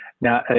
now